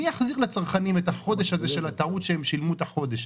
מי יחזיר לצרכנים את החודש הזה שאולי בו הם ישלמו בטעות בהסתכלות לאחור.